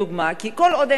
כי כל עוד אין הסדרה,